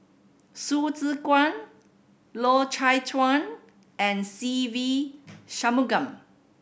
Hsu Tse Kwang Loy Chye Chuan and Se Ve Shanmugam